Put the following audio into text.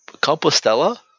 Compostela